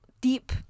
deep